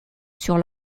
sur